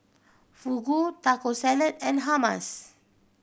Fugu Taco Salad and Hummus